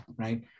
right